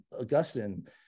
Augustine